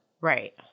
Right